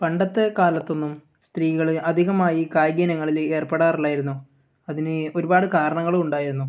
പണ്ടത്തെ കാലത്തൊന്നും സ്ത്രീകൾ അധികമായി കായിക ഇനങ്ങളിൽ ഏർപ്പെടാറില്ലായിരുന്നു അതിന് ഒരുപാട് കാരണങ്ങളും ഉണ്ടായിരുന്നു